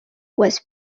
was